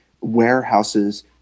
warehouses